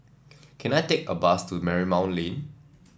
can I take a bus to Marymount Lane